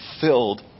filled